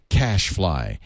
cashfly